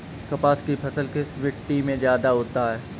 कपास की फसल किस मिट्टी में ज्यादा होता है?